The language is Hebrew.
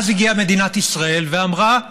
ואז הגיעה מדינת ישראל ואמרה: